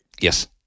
Yes